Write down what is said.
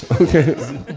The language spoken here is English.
Okay